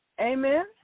Amen